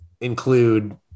include